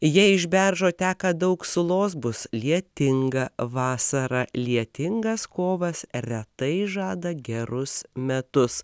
jei iš beržo teka daug sulos bus lietinga vasara lietingas kovas retai žada gerus metus